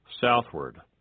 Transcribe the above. southward